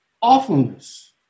awfulness